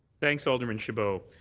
thanks, alderman chabot.